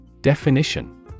Definition